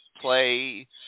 play